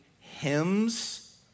hymns